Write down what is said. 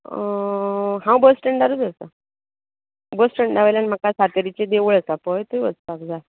हांव बस स्टँडारूच आसा बस स्टँडा वयल्यान सातेरीचें देवूळ आसा पळय थंय वसपाक जाय